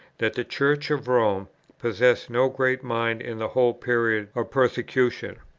that the church of rome possessed no great mind in the whole period of persecution.